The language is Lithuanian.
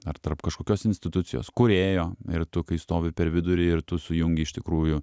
ar tarp kažkokios institucijos kūrėjo ir tu kai stovi per vidurį ir tu sujungi iš tikrųjų